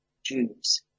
Jews